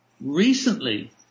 recently